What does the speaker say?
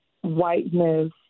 whiteness